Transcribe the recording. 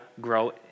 grow